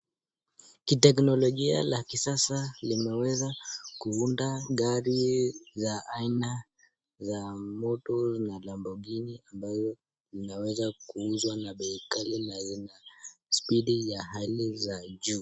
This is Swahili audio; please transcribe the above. Teknologia la kisasa limeweza kuunda gari hii za aina ya motors na Lamborghini , ambayo zinaweza kuuzwa kqa bei kali na zina [<cs]spidi za hali ya juu.